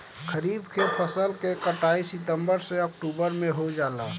खरीफ के फसल के कटाई सितंबर से ओक्टुबर में हो जाला